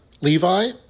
Levi